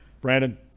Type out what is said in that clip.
Brandon